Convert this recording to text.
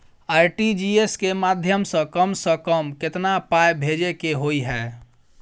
RTGS केँ माध्यम सँ कम सऽ कम केतना पाय भेजे केँ होइ हय?